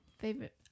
favorite